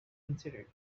incident